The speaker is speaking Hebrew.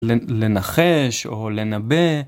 לנחש או לנבא.